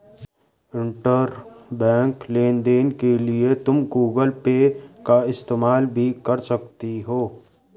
intrabank लेन देन के लिए तुम गूगल पे का इस्तेमाल भी कर सकती हो